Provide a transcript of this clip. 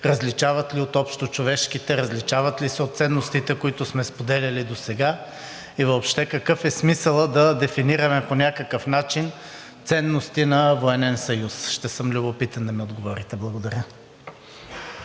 различават ли се от общочовешките, различават ли се от ценностите, които сме споделяли досега? И въобще какъв е смисълът да дефинираме по някакъв начин ценности на военен съюз. Ще съм любопитен да ми отговорите. Благодаря.